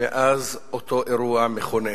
מאז אותו אירוע מכונן,